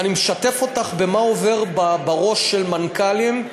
אני משתף אותך במה עובר בראש של מנכ"לים,